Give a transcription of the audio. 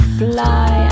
fly